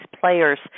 players